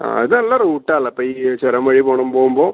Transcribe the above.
ആ ഇതല്ല റൂട്ടാല്ലെ അപ്പം ഈ ചൊരം വഴി പോണം പോകുമ്പോൾ